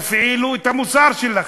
תפעילו את המוסר שלכם.